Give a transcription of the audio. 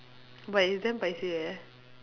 but it's damn paiseh eh